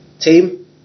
team